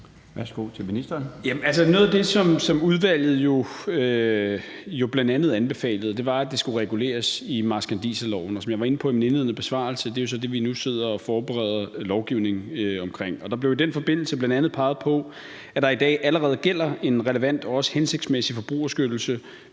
Noget af det, som udvalget jo bl.a. anbefalede, var, at det skulle reguleres i marskandiserloven. Som jeg var inde på i den indledende besvarelse, er det jo så det, vi nu sidder og forbereder lovgivning om. Der blev i den forbindelse bl.a. peget på, at der i dag allerede gælder en relevant og også hensigtsmæssig forbrugerbeskyttelse